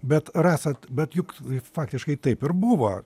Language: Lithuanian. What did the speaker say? bet rasa bet juk faktiškai taip ir buvo